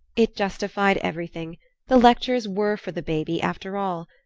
it justified everything the lectures were for the baby, after all.